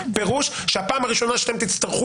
פירוש הדבר הוא שהפעם הראשונה שאתם תצטרכו